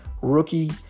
rookie